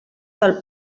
del